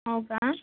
हो का